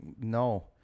no